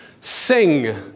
Sing